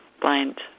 blind